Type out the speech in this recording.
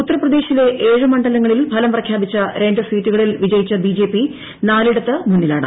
ഉത്തർപ്രദേശിലെ ഏഴ് മണ്ഡലങ്ങളിൽ ഫലം പ്രഖ്യാപിച്ച് രണ്ട് സീറ്റുകളിൽ വിജയിച്ച ബിജെപി നാലിടത്ത് മുന്നിലാണ്